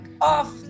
off